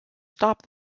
stop